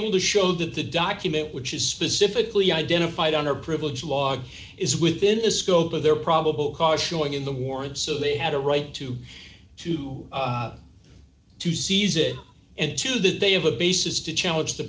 able to show that the document which is specifically identified under privilege log is within the scope of their probable cause showing in the warrant so they have a right to to to seize it and to that they have a basis to challenge the